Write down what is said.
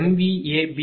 31000